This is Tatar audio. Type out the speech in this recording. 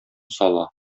сала